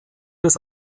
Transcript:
des